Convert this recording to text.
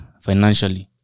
financially